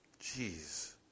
Jeez